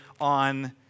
on